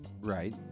Right